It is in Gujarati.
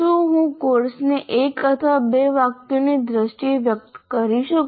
શું હું કોર્સને 1 અથવા 2 વાક્યોની દ્રષ્ટિએ વ્યક્ત કરી શકું